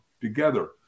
together